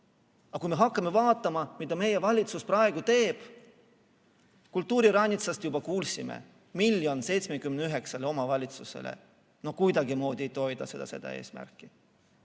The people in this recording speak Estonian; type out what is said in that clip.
Aga kui hakkame vaatama, mida meie valitsus praegu teeb – kultuuriranitsast juba kuulsime, miljon 79 omavalitsusele –, siis see küll kuidagimoodi ei toida seda eesmärki.